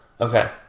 Okay